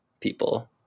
people